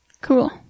Cool